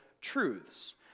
truths